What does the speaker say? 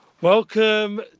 Welcome